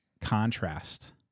contrast